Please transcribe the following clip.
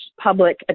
public